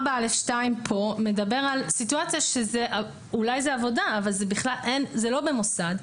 4(א)(2) כאן מדבר על סיטואציה שאולי זו עבודה אבל זה לא במוסד.